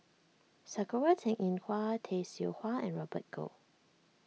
Sakura Teng Ying Hua Tay Seow Huah and Robert Goh